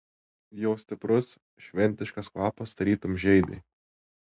jo stiprus šventiškas kvapas tarytum žeidė